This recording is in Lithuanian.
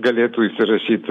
galėtų įsirašyt